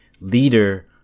leader